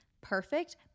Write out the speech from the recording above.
perfect